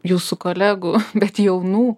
jūsų kolegų bet jaunų